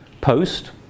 post